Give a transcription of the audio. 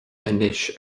anois